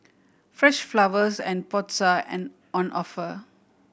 fresh flowers and pots are an on offer